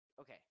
okay